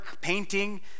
painting